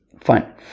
Fine